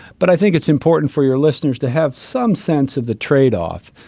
but i think it's important for your listeners to have some sense of the trade-off.